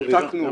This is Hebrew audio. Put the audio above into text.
רותקנו.